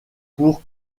pour